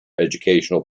educational